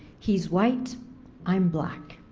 he is white i'm black,